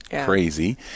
crazy